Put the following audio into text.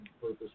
purpose